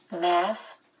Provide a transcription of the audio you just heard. mass